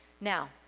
Now